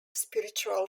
spiritual